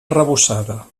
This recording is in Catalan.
arrebossada